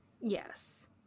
yes